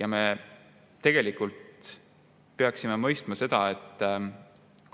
Ja me tegelikult peaksime mõistma seda, et